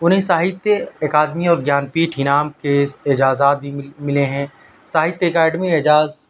انہیں ساہتیہ اکادمی اور گیان پیٹھ انعام کے اعزازات بھی ملے ہیں ساہتیہ اکاڈمی اعجاز